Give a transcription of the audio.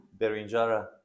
Berinjara